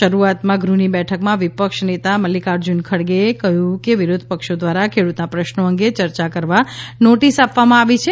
શરૂઆતમાં ગૃહની બેઠકમાં વિપક્ષ નેતા મલ્લિકાર્જુન ખડગેએ કહ્યું કે વિરોધપક્ષો દ્વારા ખેડૂતના પ્રશ્નો અંગે ચર્ચા કરવા નોટિસ આપવામાં આવી છે